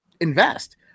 invest